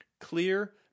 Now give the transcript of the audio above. Clear